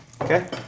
Okay